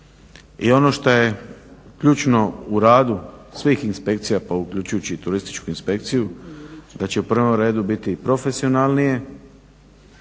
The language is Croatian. i ono što je ključno u radu svih inspekcija pa uključujući i Turističku inspekciju da će u prvom redu biti profesionalnije